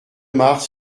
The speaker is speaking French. mars